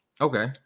Okay